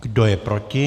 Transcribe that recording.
Kdo je proti?